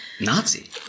Nazi